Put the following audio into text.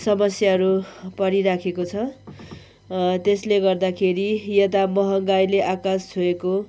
समस्याहरू परिराखेको छ त्यसले गर्दाखेरि यता महँगाइले आकास छोएको